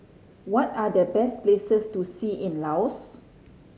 what are the best places to see in Laos